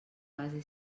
base